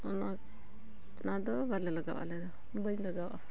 ᱚᱱᱟ ᱚᱱᱟᱫᱚ ᱵᱟᱞᱮ ᱞᱟᱜᱟᱣᱟᱜᱼᱟ ᱟᱞᱮ ᱫᱚ ᱵᱟᱹᱧ ᱞᱟᱜᱟᱣᱟᱜᱼᱟ